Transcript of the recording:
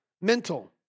mental